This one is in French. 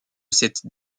cette